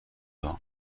vin